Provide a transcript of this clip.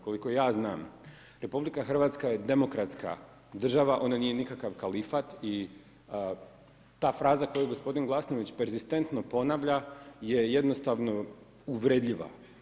Koliko ja znam RH je demokratska država, ona nije nikakav kalifat i ta fraza koju gospodin Glasnović perzistentno ponavlja je jednostavno uvredljiva.